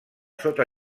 sota